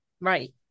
Right